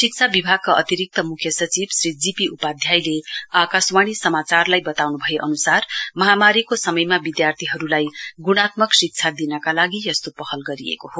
शिक्षा विभागका अतिरिक्त मुख्य सचिव श्री जीपी उपाध्यायले आकाशवाणी समाचारलाई बताउनु भए अनुसार महामारीको समयमा विद्यार्थीहरूलाई गुणात्मक शिक्षा दिनका लागि यस्तो पहल गरिएको हो